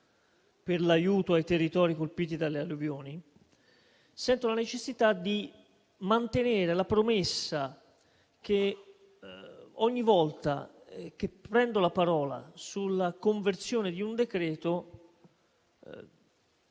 per l'aiuto ai territori colpiti dalle alluvioni, sento la necessità di mantenere una promessa: ossia ogni volta che prendo la parola sulla conversione di un decreto-legge